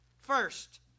First